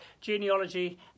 genealogy